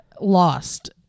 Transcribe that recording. lost